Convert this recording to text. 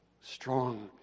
Strong